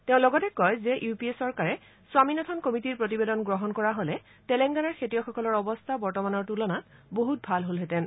তেওঁ লগতে কয় যে ইউ পি এ চৰকাৰে স্বমীনাথন কমিটীৰ প্ৰতিবেদন গ্ৰহণ কৰা হলে তেলেংগানাৰ খেতিয়কসকলৰ অৱস্থা বৰ্তমানৰ তুলনাত বহুত ভাল হলহেতেন